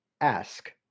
ask